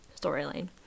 storyline